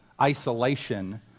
isolation